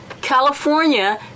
California